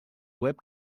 web